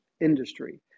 industry